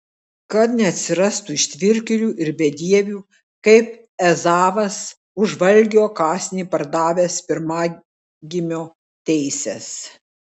kad neatsirastų ištvirkėlių ir bedievių kaip ezavas už valgio kąsnį pardavęs pirmagimio teises